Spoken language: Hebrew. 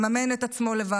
כבר חודשיים: מממן את עצמו לבד,